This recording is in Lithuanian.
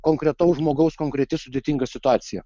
konkretaus žmogaus konkreti sudėtinga situacija